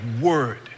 word